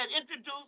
introduced